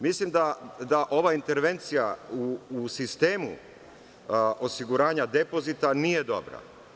Mislim da ova intervencija u sistemu osiguranja depozita nije dobra.